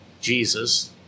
Jesus